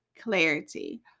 clarity